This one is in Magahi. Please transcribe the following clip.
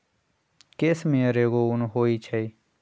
केस मेयर एगो उन होई छई